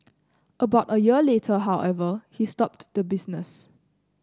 about a year later however he stopped the business